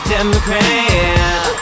Democrat